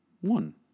One